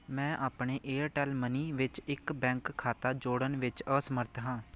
ਮੈਂ ਆਪਣੇ Airtel money ਵਿੱਚ ਇੱਕ ਬੈਂਕ ਖਾਤਾ ਜੋੜਨ ਵਿੱਚ ਅਸਮਰੱਥ ਹਾਂ